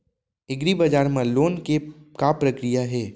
एग्रीबजार मा लोन के का प्रक्रिया हे?